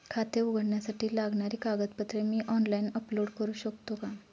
खाते उघडण्यासाठी लागणारी कागदपत्रे मी ऑनलाइन अपलोड करू शकतो का?